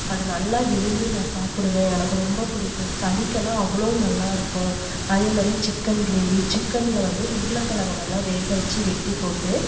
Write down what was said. அது நல்லா விரும்பி நான் சாப்பிடுவேன் எனக்கு ரொம்ப பிடிக்கும் சளிக்கெல்லாம் அவ்வளோ நல்லாயிருக்கும் அதே மாதிரியே சிக்கன் கிரேவி சிக்கன்ல வந்து உருளக்கிழங்க நல்லா வேக வச்சி வெட்டி போட்டு